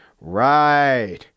Right